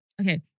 okay